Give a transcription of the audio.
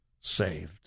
saved